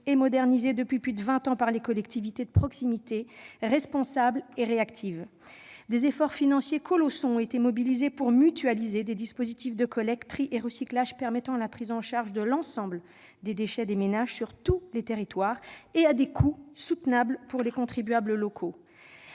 et modernisé depuis plus de vingt ans par les collectivités de proximité, qui sont responsables et réactives. Des efforts financiers colossaux ont été consentis pour mutualiser des dispositifs de collecte, de tri et de recyclage permettant la prise en charge de l'ensemble des déchets des ménages sur tous les territoires, à des coûts supportables pour les contribuables locaux.